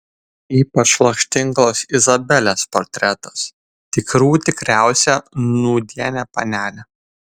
ypač lakštingalos izabelės portretas tikrų tikriausia nūdienė panelė